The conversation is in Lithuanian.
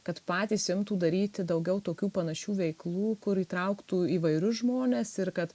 kad patys imtų daryti daugiau tokių panašių veiklų kur įtrauktų įvairius žmones ir kad